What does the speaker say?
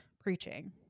preaching